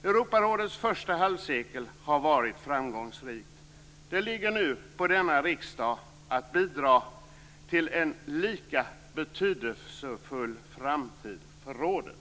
Europarådets första halvsekel har varit framgångsrikt. Det ligger nu på denna riksdag att bidra till en lika betydelsefull framtid för rådet.